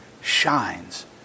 shines